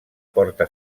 porta